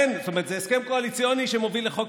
זאת אומרת, זה הסכם קואליציוני שמוביל לחוק-יסוד.